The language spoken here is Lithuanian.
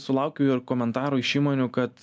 sulaukiu ir komentarų iš įmonių kad